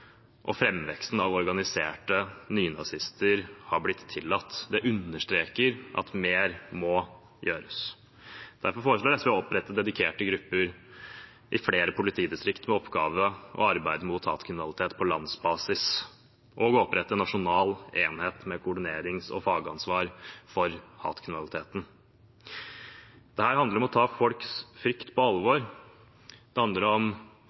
og framveksten av organiserte nynazister har blitt tillatt. Det understreker at mer må gjøres. Derfor foreslår SV å opprette dedikerte grupper i flere politidistrikt med oppgave å arbeide mot hatkriminalitet på landsbasis og å opprette en nasjonal enhet med koordinerings- og fagansvar for hatkriminaliteten. Dette handler om å ta folks frykt på alvor. Det handler om